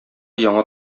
яңа